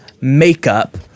makeup